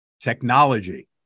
technology